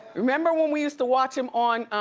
remember when we used to watch him on?